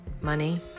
money